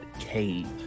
cave